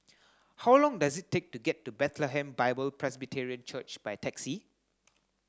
how long does it take to get to Bethlehem Bible Presbyterian Church by taxi